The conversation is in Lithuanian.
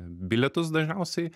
bilietus dažniausiai